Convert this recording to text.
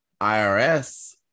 IRS